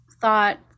thought